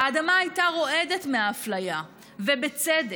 האדמה הייתה רועדת מאפליה, ובצדק.